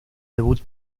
debut